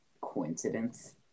Coincidence